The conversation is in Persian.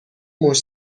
موج